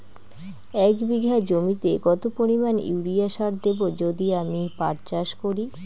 এক বিঘা জমিতে কত পরিমান ইউরিয়া সার দেব যদি আমি পাট চাষ করি?